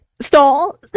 Stall